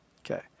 Okay